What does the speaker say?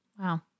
Wow